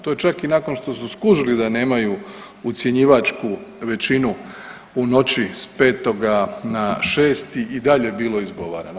To je čak i nakon što su skužili da nemaju ucjenjivačku većinu u noći s 5. na 6. i dalje bilo izgovarano.